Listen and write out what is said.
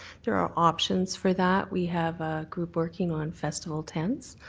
there are options for that. we have a group working on festival tents.